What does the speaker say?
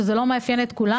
שזה לא מאפיין את כולם,